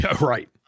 right